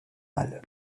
mal